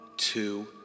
two